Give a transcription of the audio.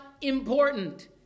important